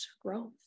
growth